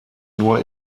nur